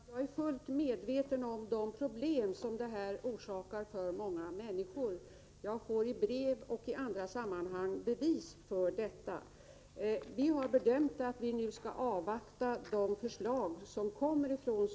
Herr talman! Jag är fullt medveten om de problem som vissa dentalmateri Torsdagen den al orsakar för många människor. Jag får i brev och i andra sammanhang bevis — 21 februari 1985 för detta. Vi har bedömt att vi nu skall avvakta socialstyrelsens förslag.